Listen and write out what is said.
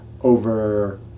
over